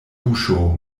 buŝo